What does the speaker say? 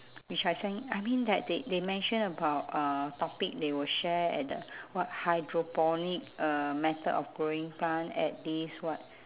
which I send you I mean that they they mention about uh topic they will share at the what hydroponic uh method of growing plant at this what